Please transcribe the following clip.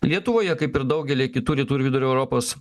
lietuvoje kaip ir daugelyje kitų rytų ir vidurio europos